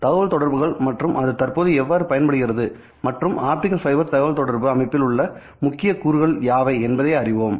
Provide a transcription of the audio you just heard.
தகவல்தொடர்புகள் மற்றும் அது தற்போது எவ்வாறு பயன்படுத்தப்படுகிறது மற்றும் ஆப்டிகல் ஃபைபர் தகவல்தொடர்பு அமைப்பில் உள்ள முக்கிய கூறுகள் யாவை என்பதை அறிவோம்